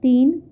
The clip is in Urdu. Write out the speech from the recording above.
تین